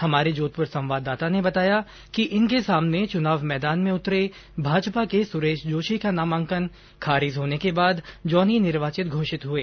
हमारे जोधपुर संवाददाता ने बताया कि इनके सामने चुनाव मैदान में उतरे भाजपा के सुरेश जोशी का नामांकन खारिज होने के बाद जॉनी निर्वाचित घोषित हुए